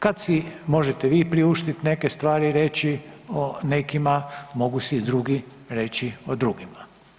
Kada si možete vi priuštiti neke stvari i reći nekima, mogu si i drugi reći o drugima.